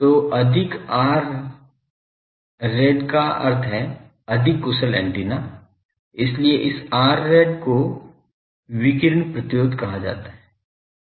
तो अधिक R rad का अर्थ है अधिक कुशल ऐन्टेना इसलिए इस R rad को विकिरण प्रतिरोध कहा जाता है